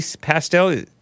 pastel